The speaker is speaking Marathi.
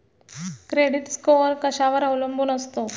क्रेडिट स्कोअर कशावर अवलंबून असतो?